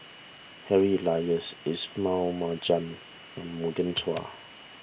Harry Elias Ismail Marjan and Morgan Chua